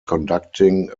conducting